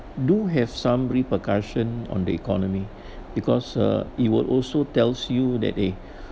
do have some repercussion on the economy because uh it would also tells you that day